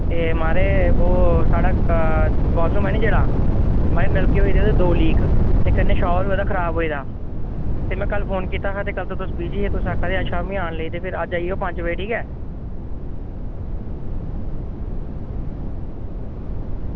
ते एह् म्हाराज साढ़ा बाथरूम ऐ ना जेह्ड़ा ते नलके होई गेदे दौ खराब कन्नै शॉवर जेह्ड़ा खराब होई गेदा ते में कल्ल फोन कीता हा ते कल्ल ते तुस बिज़ी हे ते आक्खेआ हा अज्ज शामीं लेईं ते आई जाओ शामीं पंज बजे फिर